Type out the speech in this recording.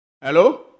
hello